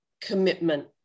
commitment